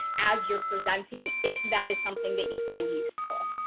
as you're presenting if that is something that you find useful.